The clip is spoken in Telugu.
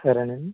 సరే అండి